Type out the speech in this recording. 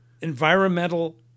environmental